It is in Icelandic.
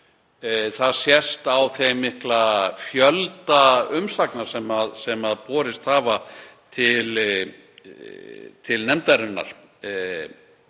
Það sést á þeim mikla fjölda umsagna sem borist hafa til nefndarinnar.